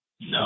No